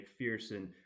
McPherson